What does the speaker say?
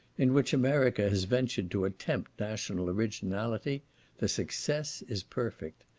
in which america has ventured to attempt national originality the success is perfect.